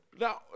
Now